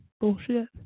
Bullshit